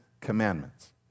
commandments